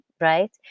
right